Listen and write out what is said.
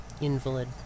Invalid